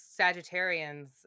Sagittarians